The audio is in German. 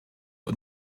und